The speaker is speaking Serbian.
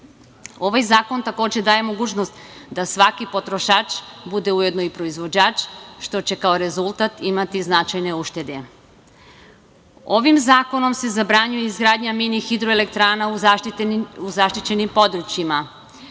nas. Ovaj zakon, takođe, daje mogućnost da svaki potrošač bude ujedno i proizvođač, što će kao rezultat imati značajne uštede. Ovim zakonom se zabranjuje izgradnja mini-hidroelektrana u zaštićenim područjima.